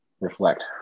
reflect